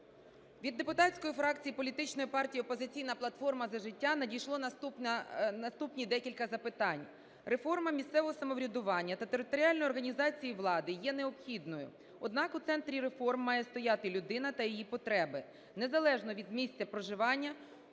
Від депутатської фракції політичної партії "Опозиційна платформа - За життя" надійшли наступні декілька запитань. Реформа місцевого самоврядування та територіальної організації влади є необхідною. Однак у центрі реформ має стояти людина та її потреби, незалежно від місця проживання